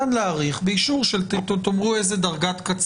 תחשבו על איזו דרגה.